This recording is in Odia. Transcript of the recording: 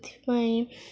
ସେଥିପାଇଁ